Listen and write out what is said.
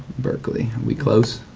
berkley, we close?